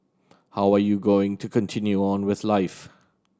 how are you going to continue on with life